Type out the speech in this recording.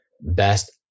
best